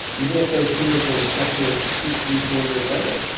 even if those tumours were resected two, three, four years later,